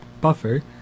buffer